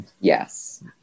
Yes